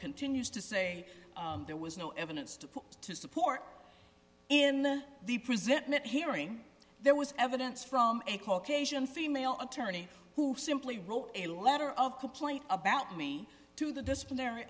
continues to say there was no evidence to support in the the presentment hearing there was evidence from a caucasian female attorney who simply wrote a letter of complaint about me to the disciplinary